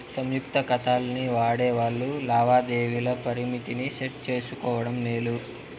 సంయుక్త కాతాల్ని వాడేవాల్లు లావాదేవీల పరిమితిని సెట్ చేసుకోవడం మేలు